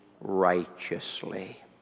righteously